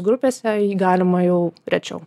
grupėse jį galima jau rečiau